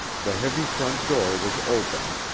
the heavy front door was opened,